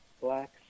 black